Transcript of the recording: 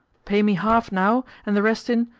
pay me half now, and the rest in.